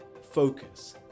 focus